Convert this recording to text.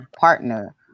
partner